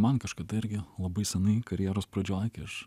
man kažkada irgi labai senai karjeros pradžioj kai aš